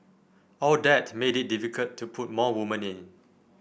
all that made it difficult to put more women in